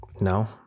No